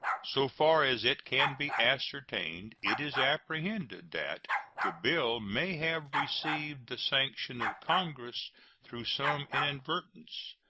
so far as it can be ascertained it is apprehended that the bill may have received the sanction of congress through some inadvertence,